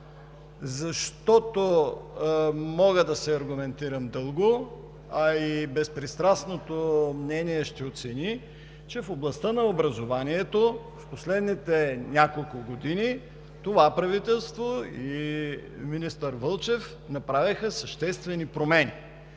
същото“. Мога да се аргументирам дълго, а и безпристрастното мнение ще оцени, че в областта на образованието в последните няколко години това правителство и министър Вълчев направиха съществени промени,